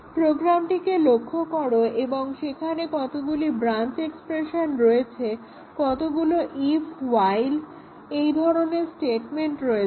প্রোগ্রামটিকে লক্ষ্য করো এবং সেখানে কতগুলো ব্রাঞ্চ এক্সপ্রেশন রয়েছে কতগুলো ইফ হোয়াইল এই ধরণের স্টেটমেন্টগুলো রয়েছে